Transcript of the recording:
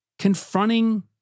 Confronting